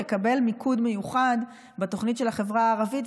יקבל מיקוד מיוחד בתוכנית של החברה הערבית,